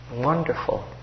Wonderful